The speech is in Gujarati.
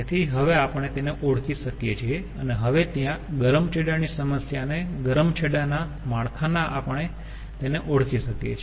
તેથી હવે આપણે તેને ઓળખી શકીયે છીએ અને હવે ત્યાં ગરમ છેડા ની સમસ્યા અને ગરમ છેડા ના માળખા દ્વારા આપણે તેને ઓળખી શકીયે છીએ